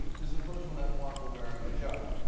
this is the first one that wanted to wear a hijab.